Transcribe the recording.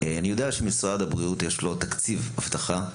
אני יודע שלמשרד הבריאות יש תקציב אבטחה,